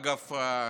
אגב,